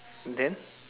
then